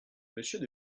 monsieur